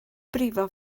brifo